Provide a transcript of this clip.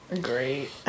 great